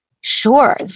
Sure